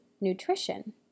nutrition